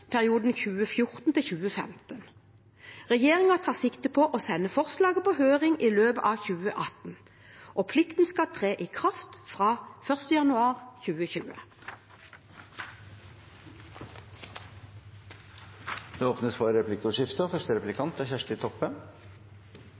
tar sikte på å sende forslaget på høring i løpet av 2018, og plikten skal tre i kraft fra 1. januar 2020. Det åpnes for replikkordskifte. Til statsråden: Velkomen til Stortinget – til den første